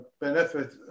benefit